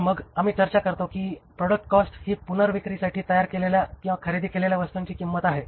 तर मग आम्ही चर्चा करतो की प्रॉडक्ट कॉस्ट ही पुनर्विक्रीसाठी तयार केलेल्या किंवा खरेदी केलेल्या वस्तूंची किंमत आहे